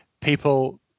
people